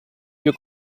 più